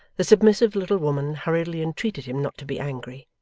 the submissive little woman hurriedly entreated him not to be angry,